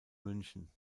münchen